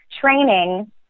training